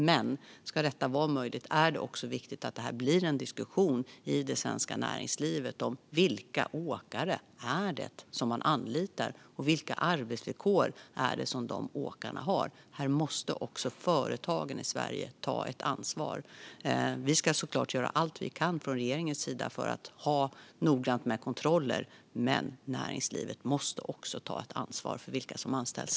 Men ska detta vara möjligt är det också viktigt att det blir en diskussion i det svenska näringslivet om vilka åkare det är man anlitar och vilka arbetsvillkor de åkarna har. Här måste också företagen i Sverige ta ett ansvar. Vi ska såklart göra allt vi kan från regeringens sida för att det ska finnas noggranna kontroller, men näringslivet måste också ta ett ansvar för vilka som anställs.